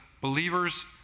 believers